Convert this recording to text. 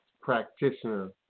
practitioner